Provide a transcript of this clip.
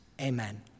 Amen